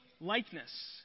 likeness